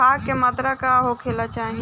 खाध के मात्रा का होखे के चाही?